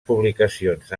publicacions